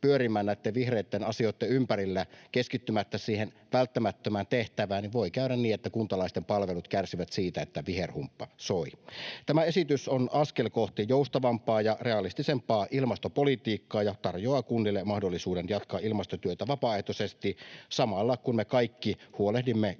pyörimään näitten vihreitten asioitten ympärillä keskittymättä siihen välttämättömään tehtävään, niin voi käydä niin, että kuntalaisten palvelut kärsivät siitä, että viherhumppa soi. Tämä esitys on askel kohti joustavampaa ja realistisempaa ilmastopolitiikkaa ja tarjoaa kunnille mahdollisuuden jatkaa ilmastotyötä vapaaehtoisesti samalla, kun me kaikki huolehdimme